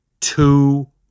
two